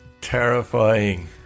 Terrifying